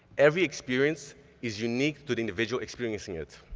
every experience is unique to the individual experiencing it.